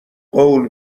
قول